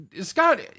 Scott